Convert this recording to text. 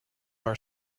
our